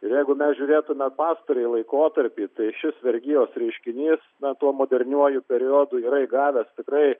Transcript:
ir jeigu mes žiūrėtume pastarąjį laikotarpį tai šis vergijos reiškinys na tuo moderniuoju periodu yra įgavęs tikrai